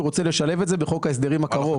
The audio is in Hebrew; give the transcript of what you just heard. הוא רוצה לשלב את זה בחוק ההסדרים הקרוב.